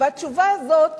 התשובה הזאת,